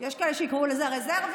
יש כאלה שיקראו לזה הרזרבי,